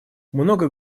много